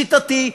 לשיטתי,